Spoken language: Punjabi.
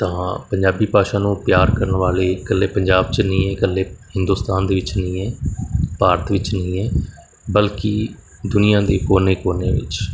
ਤਾਂ ਪੰਜਾਬੀ ਭਾਸ਼ਾ ਨੂੰ ਪਿਆਰ ਕਰਨ ਵਾਲੇ ਇਕੱਲੇ ਪੰਜਾਬ 'ਚ ਨਹੀਂ ਹੈ ਇਕੱਲੇ ਹਿੰਦੁਸਤਾਨ ਦੇ ਵਿੱਚ ਨਹੀਂ ਹੈ ਭਾਰਤ ਵਿੱਚ ਨਹੀਂ ਹੈ ਬਲਕਿ ਦੁਨੀਆਂ ਦੇ ਕੋਨੇ ਕੋਨੇ ਵਿੱਚ